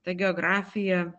tai geografija